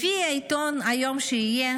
לפי העיתון היום שיהיה,